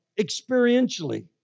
experientially